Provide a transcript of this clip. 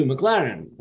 McLaren